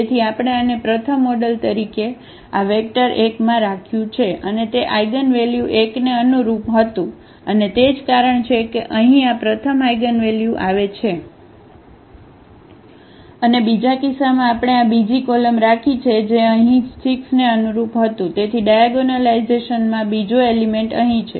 તેથી આપણે આને પ્રથમ મોડલ તરીકે આ વેક્ટર 1 માં રાખ્યું છે અને તે આઇગનવેલ્યુ 1 ને અનુરૂપ હતું અને તે જ કારણ છે કે અહીં આ પ્રથમ આઇગનવલ્યુ આવે છે અને બીજા કિસ્સામાં આપણે આ બીજી કોલમ રાખી છે જે અહીં 6 ને અનુરૂપ હતું અને તેથી ડાયાગોનલાઇઝેશનમાં બીજો એલિમેન્ટ અહીં છે